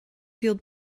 field